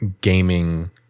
gaming